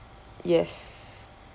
yes